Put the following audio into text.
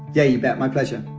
yeah, you bet. my pleasure.